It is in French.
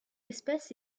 espèce